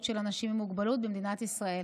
של אנשים עם מוגבלות במדינת ישראל: